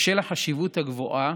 בשל החשיבות הגבוהה